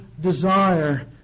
desire